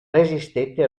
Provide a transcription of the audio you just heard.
resistette